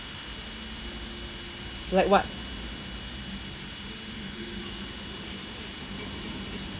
like what